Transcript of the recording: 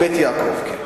"בית יעקב", כן.